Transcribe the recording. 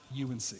UNC